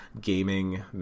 Gaming